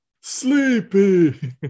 sleepy